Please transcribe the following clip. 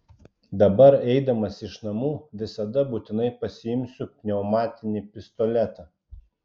dabar eidamas iš namų visada būtinai pasiimsiu pneumatinį pistoletą